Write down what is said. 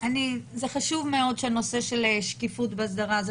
מאוד שנושא של שקיפות ואסדרה זה